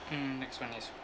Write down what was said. mm next one yes